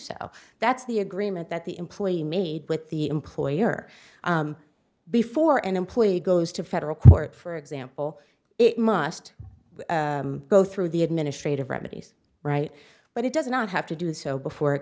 so that's the agreement that the employee made with the employer before an employee goes to federal court for example it must go through the administrative remedies right but it does not have to do so before it